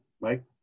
Mike